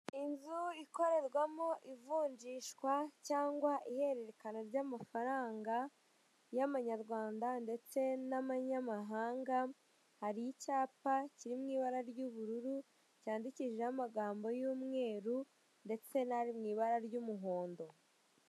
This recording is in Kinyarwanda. Inzu ikorerwamo ivunjishwa cyangwa ihererekana ry'amafaranga y'amanyarwanda ndetse n'amanyamahanga, hari icyapa kiri mu ibara ry'ubururu, cyandikishijeho amagambo y'umweru ndetse n'ari mu ibara ry'umuhondo.